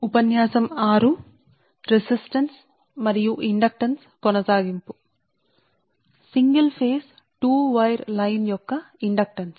కాబట్టి కాబట్టి ఒకే ఫేజ్ దశ రెండు వైర్ లైన్ యొక్క ఇండక్టెన్స్